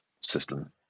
system